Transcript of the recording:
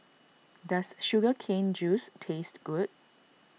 does Sugar Cane Juice taste good